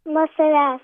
nuo savęs